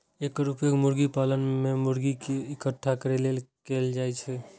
एकर उपयोग मुर्गी पालन मे मुर्गी कें इकट्ठा करै लेल कैल जाइ छै